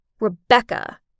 Rebecca